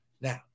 Now